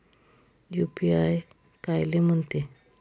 UPI कायले म्हनते?